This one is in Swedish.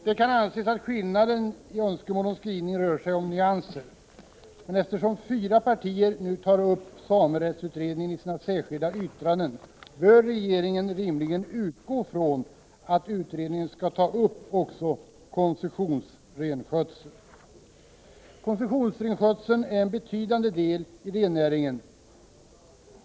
Det kan anses att skillnaden i önskemål om skrivning rör sig om nyanser, men eftersom fyra partier nu tar upp samerättsutredningen i sina 85 särskilda yttranden bör regeringen rimligen utgå från att utredningen skall ta upp också koncessionsrenskötseln. Koncessionsrenskötsel är en betydande del i rennäringen.